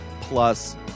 Plus